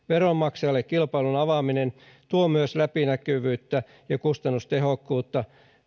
veronmaksajalle kilpailun avaaminen tuo myös läpinäkyvyyttä ja kustannustehokkuutta